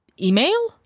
email